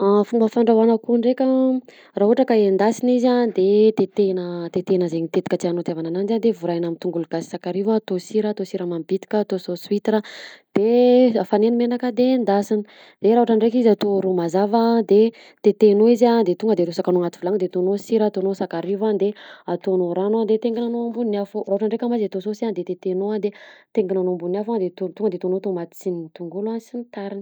Fomba fandrahoana akoho nndreka, raha ohatra ka endasina izy a de tetehina tetehina zegny tetika tinao anaovana ananjy a de vorahina amina tongolo gasy sy sakarivo a atao sira atao siramamy bitika atao sauce huitre a de afaneny menaka de endasina de raha ohatra ndreky izy atao ro mazava de tetehinao izy a de tonga de arotsaka anaty vilany de ataonao sira ataonao sakarivo a de ataonao ragno a de atenginanao ambony afo raha ohatra ndreky mo izy atao sauce a de tetehinao a de atenginanao ambony afo a de tonga de ataonao tomaty sy ny tongolo sy tariny.